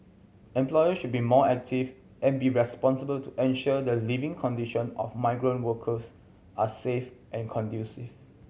employers should be more active and be responsible to ensure the living condition of migrant workers are safe and conducive